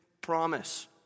promise